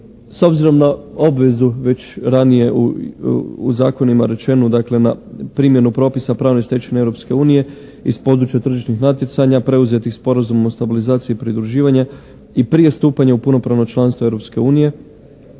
S obzirom na obvezu već ranije u zakonima rečenu dakle na primjenu propisa pravne stečevine Europske unije iz područja tržišnih natjecanja preuzetih Sporazumom o stabilizaciji i pridruživanju i prije stupanja u punopravno članstvo Europske unije